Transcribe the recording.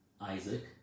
Isaac